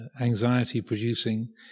anxiety-producing